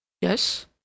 Yes